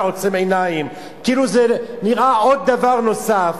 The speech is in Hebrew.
אתה עוצם עיניים כאילו זה נראה עוד דבר נוסף.